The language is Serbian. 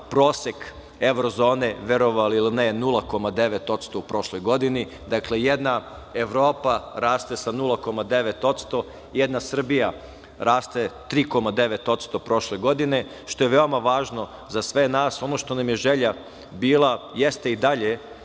Prosek evrozone, verovali ili ne, 0,9% u prošloj godini. Dakle, jedna Evropa raste sa 0,9%, jedna Srbija raste 3,9% prošle godine, što je veoma važno za sve nas. Ono što nam je želja bila jeste i dalje